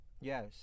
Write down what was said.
Yes